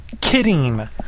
kidding